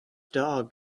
dog